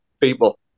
people